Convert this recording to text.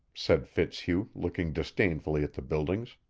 said fitzhugh, looking disdainfully at the buildings.